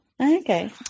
Okay